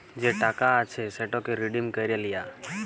যে টাকা আছে সেটকে রিডিম ক্যইরে লিয়া